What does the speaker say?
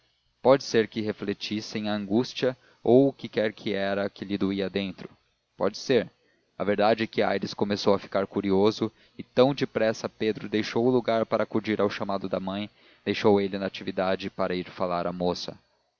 pode ser que refletissem a angústia ou o que quer que era que lhe doía dentro pode ser a verdade é que aires começou a ficar curioso e tão depressa pedro deixou o lugar para acudir ao chamado da mãe deixou ele natividade para ir falar à moça